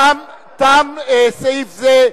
תם סעיף זה.